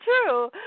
true